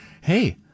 hey